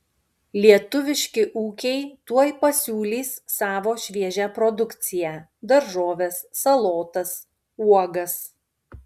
lietuviški ūkiai tuoj pasiūlys savo šviežią produkciją daržoves salotas uogas